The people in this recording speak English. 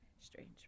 strange